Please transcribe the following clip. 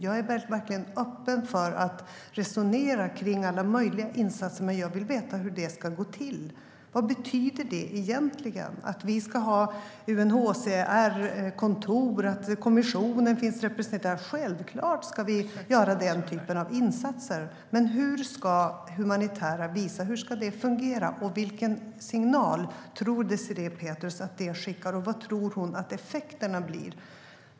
Jag är verkligen öppen för att resonera om alla möjliga insatser, men jag vill veta hur det ska gå till. Vad betyder det egentligen att vi ska ha UNHCR-kontor och att kommissionen ska finnas representerad? Självklart ska vi göra den typen av insatser, men hur ska humanitära visum fungera? Vilken signal tror Désirée Pethrus att det skickar, och vad tror hon att effekterna blir?